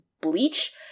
bleach